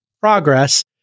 progress